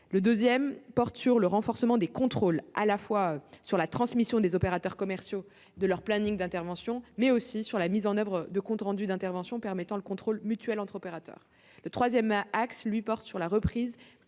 Le deuxième axe porte sur le renforcement des contrôles à la fois par la transmission des opérateurs commerciaux de leurs plannings d'intervention et par la mise en oeuvre de comptes rendus d'intervention permettant le contrôle mutuel entre opérateurs. Le troisième axe porte sur la reprise